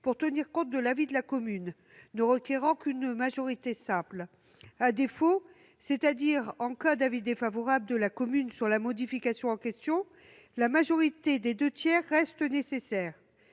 pour tenir compte de l'avis de la commune. À défaut, c'est-à-dire en cas d'avis défavorable de la commune sur la modification en question, la majorité des deux tiers reste nécessaire.